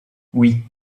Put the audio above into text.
oui